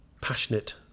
passionate